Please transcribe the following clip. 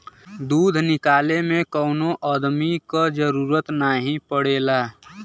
दूध निकाले में कौनो अदमी क जरूरत नाही पड़ेला